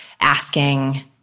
asking